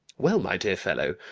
well, my dear fellow,